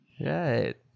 Right